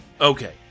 Okay